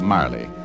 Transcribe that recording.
Marley